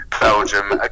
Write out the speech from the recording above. Belgium